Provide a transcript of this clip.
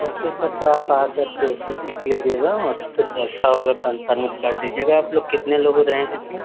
okay sir तो आप आ कर के उसको देख लीजिएगा और फिर जैसा होगा कन्फर्म कर दीजिएगा आप लोग कितने लोग रहेंगे सर